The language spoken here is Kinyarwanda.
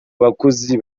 bakoze